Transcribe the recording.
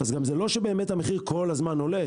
אז זה לא שבאמת המחיר כל הזמן עולה,